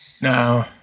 no